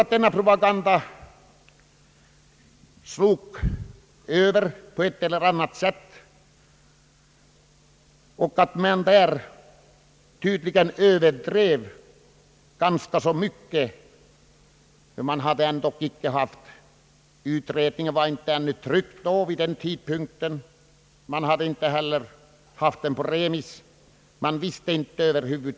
Denna propaganda slog således över i ett eller annat avseende, och att man i den överdrev ganska betydligt står alldeles klart. Utredningens betänkande var ändå inte tryckt vid den tidpunkten, och man visste över huvud taget inte vad som skulle komma i en blivande proposition.